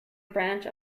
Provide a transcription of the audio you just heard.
branch